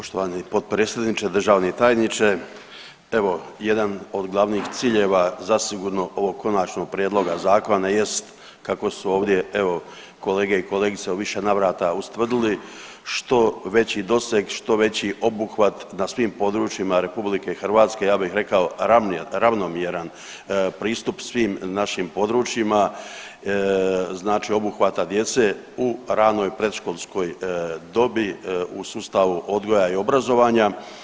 Poštovani potpredsjedniče, državni tajniče evo jedan od glavnih ciljeva zasigurno ovog Konačnog prijedloga zakona jest kako su ovdje evo kolege i kolegice u više navrata ustvrdili što veći doseg, što veći obuhvat na svim područjima Republike Hrvatske, ja bih rekao ravnomjeran pristup svim našim područjima, znači obuhvata djece u ranoj predškolskoj dobi u sustavu odgoja i obrazovanja.